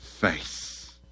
face